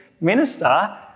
minister